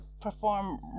perform